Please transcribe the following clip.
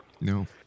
No